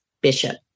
Bishop